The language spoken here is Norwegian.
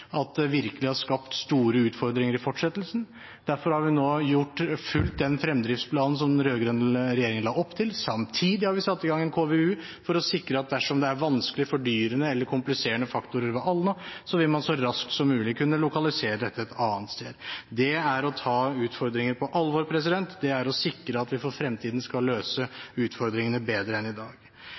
at det virkelig har skapt store utfordringer i fortsettelsen. Derfor har vi nå fulgt fremdriftsplanen som den rød-grønne regjeringen la opp til. Samtidig har vi satt i gang en KVU for å sikre at dersom det er vanskelig, fordyrende eller kompliserende faktorer ved Alna, så vil man så raskt som mulig kunne lokalisere dette til et annet sted. Det er å ta utfordringer på alvor. Det er å sikre at vi for fremtiden skal løse utfordringene bedre enn i dag.